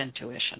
intuition